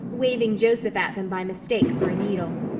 waving joseph at them by mistake for a needle.